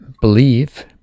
believe